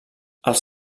els